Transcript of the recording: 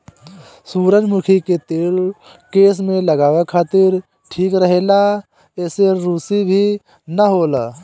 सुजरमुखी के तेल केस में लगावे खातिर ठीक रहेला एसे रुसी भी ना होला